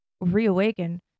reawaken